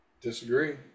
Disagree